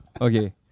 Okay